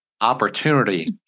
Opportunity